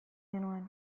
genuen